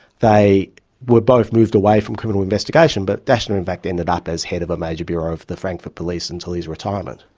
they were both moved away from criminal investigation, but daschner in fact ended up as head of a major bureau for the frankfurt police until his retirement.